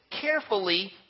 carefully